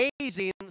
amazing